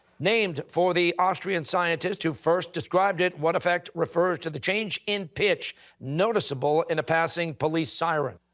named for the austrian scientist who first described it, what effect refers to the change in pitch noticeable in a passing police siren?